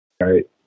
Right